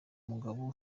mugabo